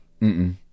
Mm-mm